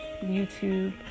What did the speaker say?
YouTube